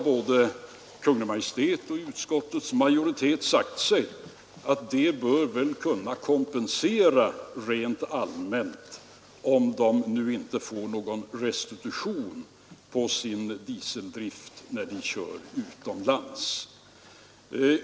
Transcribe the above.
Både Kungl. Maj:t och utskottets majoritet har sagt sig att det rent allmänt bör kunna kompensera, om de nu inte får någon restitution på sin dieseldrift när de kör utomlands.